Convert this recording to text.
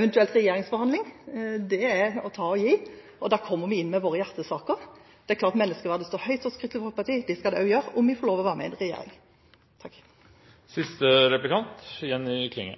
eventuelle regjeringsforhandlinger er å ta og gi, og da kommer vi inn med våre hjertesaker. Det er klart at menneskeverdet står høyt hos Kristelig Folkeparti. Det skal det også gjøre om vi får lov til å være med i en regjering.